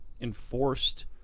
enforced